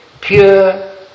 pure